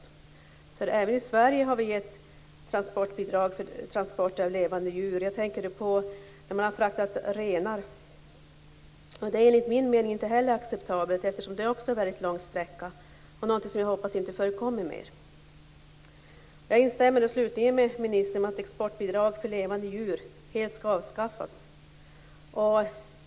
Även i Sverige har vi ett bidrag för transport av levande djur. Jag tänker på rentransporter. Det är enligt min mening inte heller acceptabelt, eftersom det också är väldigt långa sträckor och någonting som jag hoppas inte förekommer mer. Slutligen instämmer jag med ministern i att exportbidrag för levande djur helt skall avskaffas.